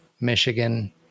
Michigan